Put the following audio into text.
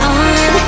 on